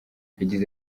yagize